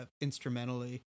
instrumentally